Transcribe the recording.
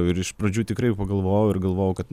ir iš pradžių tikrai pagalvojau ir galvojau kad